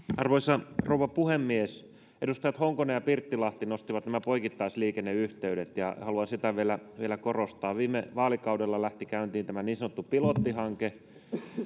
arvoisa rouva puhemies edustajat honkonen ja pirttilahti nostivat esille nämä poikittaisliikenneyhteydet ja haluan sitä vielä vielä korostaa viime vaalikaudella lähti käyntiin tämä niin sanottu pilottihanke